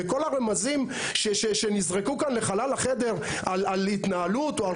כל הרמזים שנזרקו כאן לחלל החדר על התנהלות או על